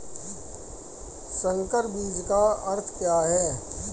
संकर बीज का अर्थ क्या है?